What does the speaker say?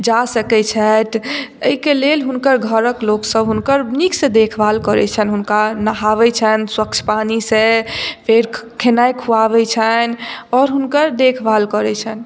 जा सकै छथि ऐहिके लेल हुनकर घरक लोकसभ हुनकर नीकसँ देखभाल करै छनि हुनका नहाबै छनि स्वच्छ पानि सॅं फेरि खेनाइ खुआबै छनि आओर हुनकर देखभाल करै छनि